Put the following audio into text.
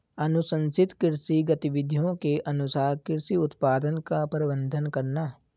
अनुशंसित कृषि गतिविधियों के अनुसार कृषि उत्पादन का प्रबंधन करना